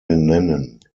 nennen